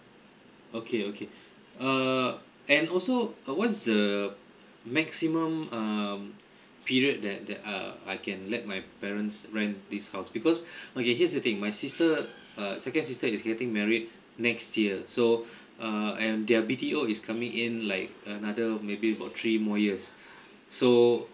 okay okay err and also uh what's the maximum um period that that uh I can let my parents rent this house because okay here's the thing my sister uh second sister is getting married next year so uh and their B_T_O is coming in like another maybe about three more years so